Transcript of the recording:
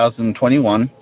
2021